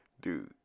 Dude